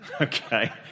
Okay